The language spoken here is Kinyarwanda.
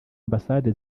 ambasade